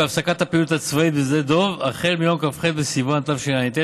על הפסקת הפעילות הצבאית בשדה דב החל מיום כ"ח בסיוון התשע"ט,